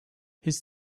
his